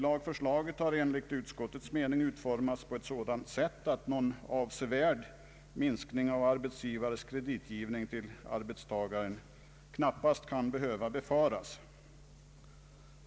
Lagförslaget har enligt utskottets mening utformats på ett sådant sätt att någon avsevärd minskning av arbetsgivares kreditgivning till arbetstagare knappast skall behöva befaras.